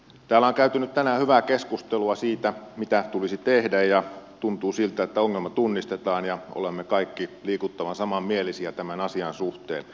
täällä on käyty tänään hyvää keskustelua siitä mitä tulisi tehdä ja tuntuu siltä että ongelma tunnistetaan ja olemme kaikki liikuttavan samanmielisiä tämän asian suhteen